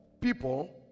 people